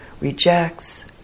rejects